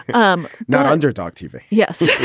um not underdog tv. yes,